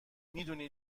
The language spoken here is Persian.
میدونی